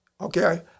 Okay